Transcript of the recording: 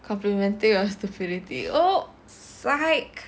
complementing your stupidity oh sike the facility or like